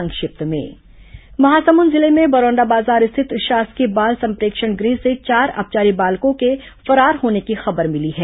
संक्षिप्त समाचार महासमुंद जिले में बरौंदा बाजार स्थित शासकीय बाल संप्रेक्षण गृह से चार अपचारी बालकों के फरार होने की खबर मिली है